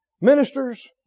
ministers